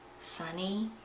sunny